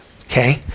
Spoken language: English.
okay